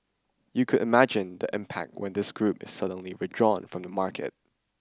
you could imagine the impact when this group is suddenly withdrawn from the market